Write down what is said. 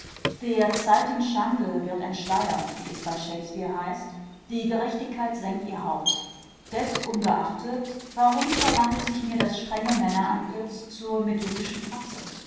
der zeiten schande wird entschleiert wie es bei shakespeare heißt die gerechtigkeit senkt ihr haupt desungeachtet warum verwandelt sich mir das strenge männerantlitz zur medusischen fratze